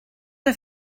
der